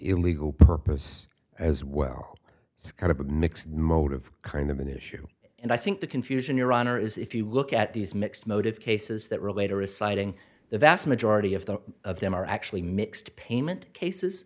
illegal purpose as well it's kind of a mixed motive kind of an issue and i think the confusion your honor is if you look at these mixed motives cases that relate or is citing the vast majority of the of them are actually mixed payment cases